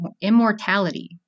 immortality